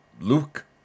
Luke